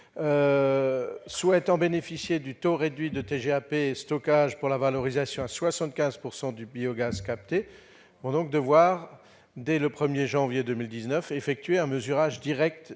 souhaitant bénéficier du taux réduit de TGAP stockage pour la valorisation à 75 % du biogaz capté vont devoir, dès le 1 janvier 2019, effectuer un mesurage direct